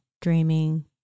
dreaming